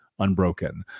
Unbroken